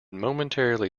momentarily